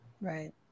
Right